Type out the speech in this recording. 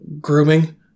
grooming